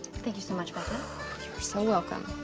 thank you so much, becca. you are so welcome.